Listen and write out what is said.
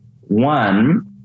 One